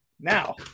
Now